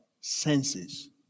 senses